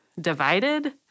divided